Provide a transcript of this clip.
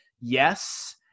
yes